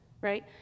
Right